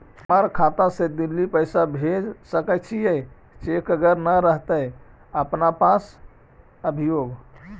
हमर खाता से दिल्ली पैसा भेज सकै छियै चेक अगर नय रहतै अपना पास अभियोग?